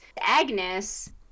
Agnes